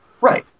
right